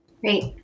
Great